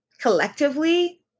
collectively